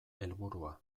helburua